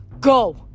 Go